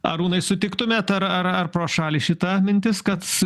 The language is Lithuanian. arūnai sutiktumėt ar ar ar pro šalį šita mintis kad